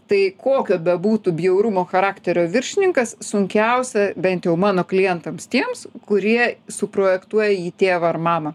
tai kokio bebūtų bjaurumo charakterio viršininkas sunkiausia bent jau mano klientams tiems kurie suprojektuoja jį tėvą ar mamą